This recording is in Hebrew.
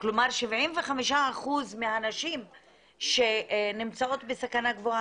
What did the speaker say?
כלומר 75% מהנשים שנמצאות בסכנה גבוה,